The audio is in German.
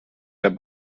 der